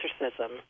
exorcism